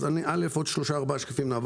ראשית, עוד שלושה ארבעה שקפים ונעבור על הכול.